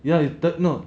ya third no